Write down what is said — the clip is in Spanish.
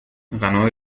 ganó